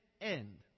end